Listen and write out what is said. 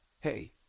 hey